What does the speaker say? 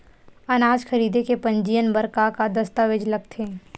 अनाज खरीदे के पंजीयन बर का का दस्तावेज लगथे?